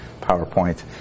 PowerPoint